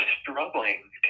struggling